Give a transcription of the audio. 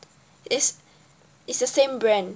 is is the same brand